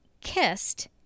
kissed